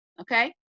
okay